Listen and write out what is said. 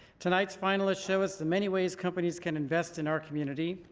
tonight's finalists show us the many ways companies can invest in our community.